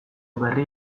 berri